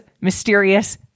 mysterious